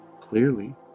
clearly